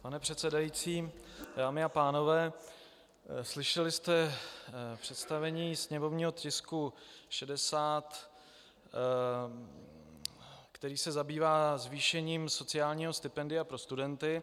Pane předsedající, dámy a pánové, slyšeli jste představení sněmovního tisku 60, který se zabývá zvýšením sociálního stipendia pro studenty.